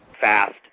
fast